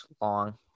long